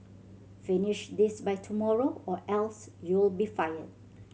finish this by tomorrow or else you'll be fired